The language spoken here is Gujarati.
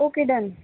okay done